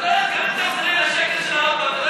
זה לא יעזור אם תחזרי על השקר שלה עוד